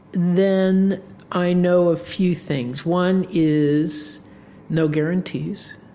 then i know a few things. one is no guarantees.